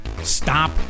Stop